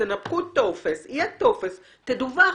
תנפקו טופס, יהיה טופס והפגישה תדווח.